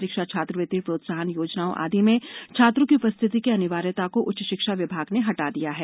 परीक्षा छात्रवृत्ति प्रोत्साहन योजनाओं आदि में छात्रों की उपस्थिति की अनिवार्ययता को उच्च शिक्षा विभाग ने हटा दिया है